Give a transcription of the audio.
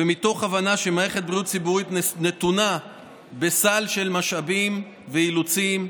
מתוך הבנה שמערכת הבריאות הציבורית נתונה בסד של משאבים ואילוצים,